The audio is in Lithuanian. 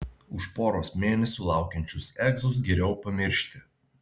už poros mėnesių laukiančius egzus geriau pamiršti